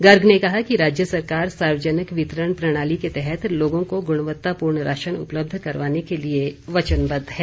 गर्ग ने कहा कि राज्य सरकार सार्वजनिक वितरण प्रणाली के तहत लोगों को गुणवत्तापूर्ण राशन उपलब्ध करवाने के लिए वचनबद्ध है